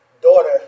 daughter